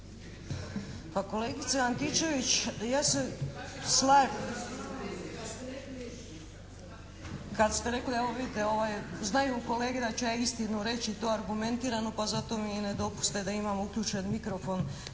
Pa kolegice Antičević, ja se slažem kad ste rekli, evo vidite, znaju kolege da ću ja istinu reći i to argumentirano pa zato mi i ne dopuste da imam uključen mikrofon.